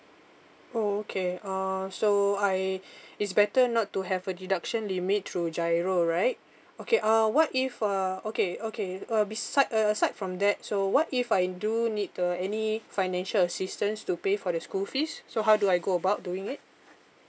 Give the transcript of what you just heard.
oh okay uh so I it's better not to have a deduction limit through giro right okay uh what if uh okay okay uh beside uh aside from that so what if I do need the any financial assistance to pay for the school fees so how do I go about doing it